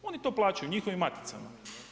Oni to plaćaju u njihovim maticama.